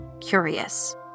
curious